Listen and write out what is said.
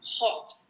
hot